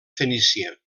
fenícia